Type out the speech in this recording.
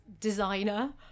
designer